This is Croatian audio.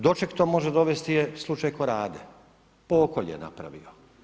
Do čeg to može dovesti je slučaj Korade, pokolj je napravio.